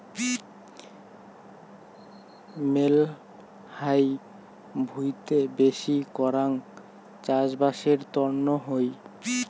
মেলহাই ভুঁইতে বেশি করাং চাষবাসের তন্ন হই